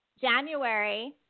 january